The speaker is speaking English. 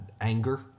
anger